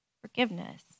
forgiveness